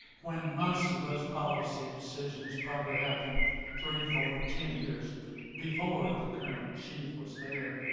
when most of those policy decisions probably happened three, four, ten years before the current chief was there.